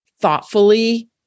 thoughtfully